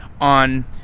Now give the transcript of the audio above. on